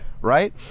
Right